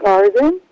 Garden